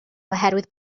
oherwydd